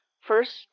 First